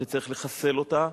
שצריך לחסל אותה,